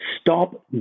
stop